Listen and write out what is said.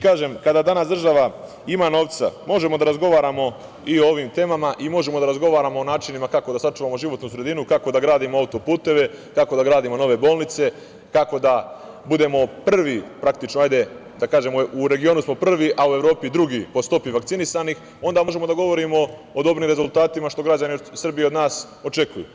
Kažem, kada danas država ima novca možemo da razgovaramo i o ovim temama, možemo da razgovaramo o načinima kako da sačuvamo životnu sredinu, kako da gradimo autoputeve, kako da gradimo nove bolnice, kako da budemo prvi, praktično, hajde da kažem, u regionu smo prvi, a u Evropi drugi po stopi vakcinisanih, onda možemo da govorimo o dobrim rezultatima, što građani Srbije od nas i očekuju.